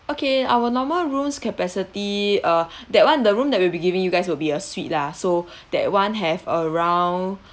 okay our normal rooms capacity uh that [one] the room that we'll be giving you guys will be a suite lah so that [one] have around